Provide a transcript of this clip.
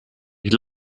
ich